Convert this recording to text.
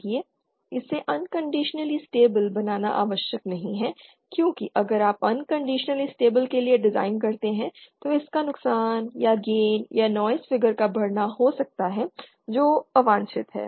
इसे unconditionally stable बनाना आवश्यक नहीं है क्योंकि अगर आप अनकंडिशनली स्टेबल के लिए डिज़ाइन करते हैं तो इससे नुकसान या गेन या नॉइज़ फिगर का बढ़ना सकता हो सकता है जो अवांछित है